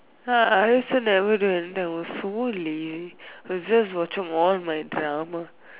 ah I also never do anything I was so lazy was just watching all my drama